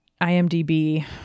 imdb